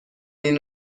این